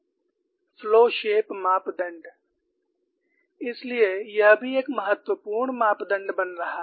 flow shape मापदण्ड इसलिए यह भी एक महत्वपूर्ण मापदण्ड बन रहा है